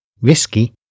risky